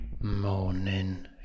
morning